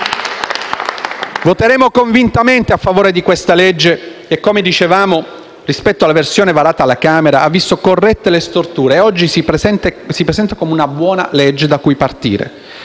voteremo convintamente a favore di questa legge che, come dicevamo, rispetto alla versione licenziata dalla Camera ha visto corrette le storture. Oggi si presenta come una buona legge da cui partire